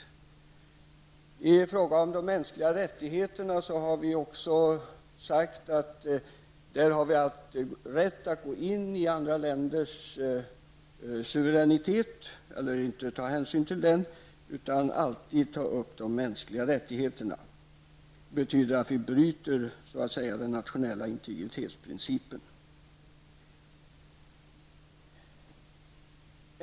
När det gäller frågan om de mänskliga rättigheterna har vi sagt att Sverige har rätt att inte ta hänsyn till enskilda länders suveränitet utan alltid kan ta upp frågan om de mänskliga rättigheterna. Det betyder att vi så att säga bryter den nationella integritetsprincipen.